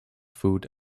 food